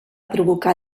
provocar